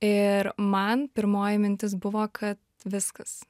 ir man pirmoji mintis buvo kad viskas